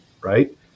right